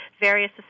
various